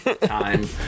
time